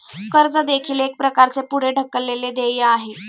कर्ज देखील एक प्रकारचे पुढे ढकललेले देय आहे